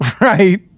Right